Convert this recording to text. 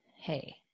Hey